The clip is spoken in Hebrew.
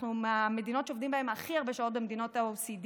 אנחנו מהמדינות שעובדים בהן הכי הרבה שעות במדינות ה-OECD,